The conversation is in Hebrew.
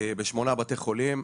בשמונה בתי חולים,